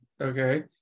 okay